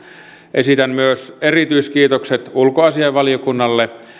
esitän myös erityiskiitokset ulkoasiainvaliokunnalle